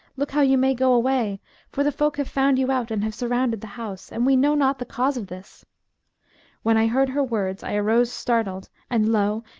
look how you may go away for the folk have found you out and have surrounded the house and we know not the cause of this when i heard her words, i arose startled and lo!